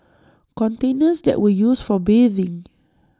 containers that were used for bathing